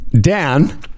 Dan